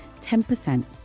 10%